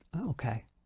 okay